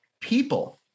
People